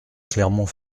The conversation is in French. clermont